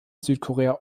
südkorea